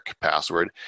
password